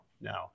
no